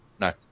No